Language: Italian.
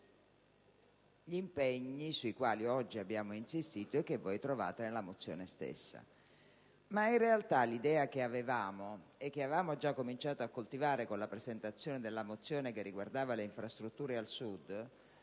gli impegni sui quali oggi abbiamo insistito e che trovate nella mozione stessa. In realtà, l'idea che avevamo - e che avevamo già cominciato a coltivare con la presentazione della mozione che riguardava le infrastrutture al Sud